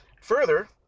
further